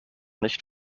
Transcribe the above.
nicht